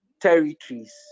territories